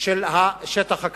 של שטח כבוש.